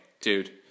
Dude